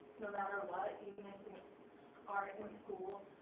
no matter what, even if we aren't in school.